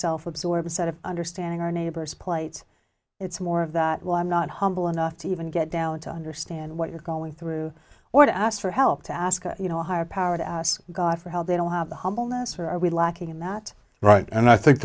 self absorbed set of understanding our neighbors plights it's more of that why i'm not humble enough to even get down to understand what you're going through or to ask for help to ask you know a higher power to ask god for how they don't have the humbleness or are we lacking in that right and i think